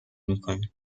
میکنیم